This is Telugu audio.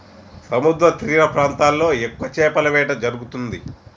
సముద్రతీర ప్రాంతాల్లో ఎక్కువ చేపల వేట జరుగుతుంది